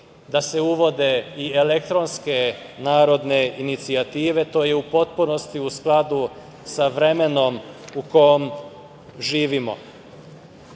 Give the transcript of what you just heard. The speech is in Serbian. da se uvode i elektronske narodne inicijative. To je u potpunosti u skladu sa vremenom u kom živimo. To